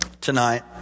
tonight